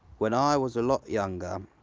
when i was a lot younger